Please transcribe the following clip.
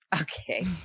Okay